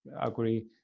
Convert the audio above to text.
agree